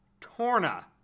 Torna